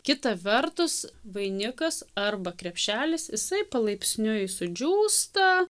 kita vertus vainikas arba krepšelis jisai palaipsniui sudžiūsta